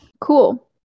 Cool